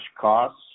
costs